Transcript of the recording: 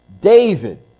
David